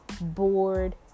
bored